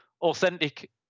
Authentic